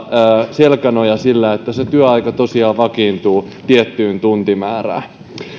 selkänojan sille että se työaika tosiaan vakiintuu tiettyyn tuntimäärään